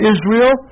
Israel